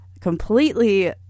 completely